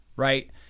right